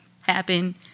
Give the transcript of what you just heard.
happen